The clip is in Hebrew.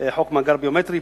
חוק מאגר ביומטרי.